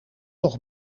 nog